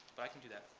but i can do that.